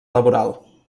laboral